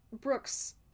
Brooks